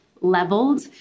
leveled